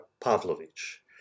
Pavlovich